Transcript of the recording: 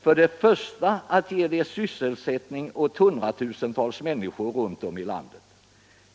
För det första ger de sysselsättning åt hundratusentals människor runt om i landet.